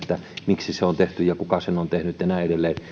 miksi se on tehty ja kuka sen on tehnyt ja